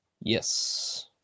Yes